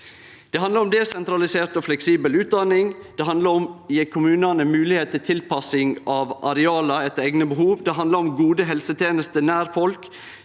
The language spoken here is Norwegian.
Det handlar om desentralisert og fleksibel utdanning. Det handlar om å gje kommunane moglegheit til tilpassing av areal etter eigne behov. Det handlar om gode helsetenester nær folk.